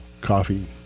coffee